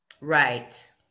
Right